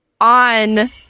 on